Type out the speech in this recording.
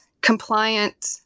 compliant